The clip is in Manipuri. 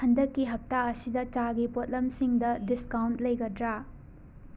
ꯍꯟꯗꯛꯀꯤ ꯍꯞꯇꯥ ꯑꯁꯤꯗ ꯆꯥꯒꯤ ꯄꯣꯠꯂꯝꯁꯤꯡꯗ ꯗꯤꯁꯀꯥꯎꯟꯠ ꯂꯩꯒꯗ꯭ꯔ